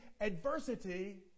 adversity